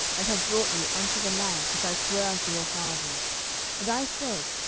and have brought you unto the land which i sware unto your fathers and i said,